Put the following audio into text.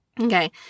Okay